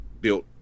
built